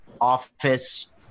office